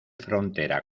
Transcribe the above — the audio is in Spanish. frontera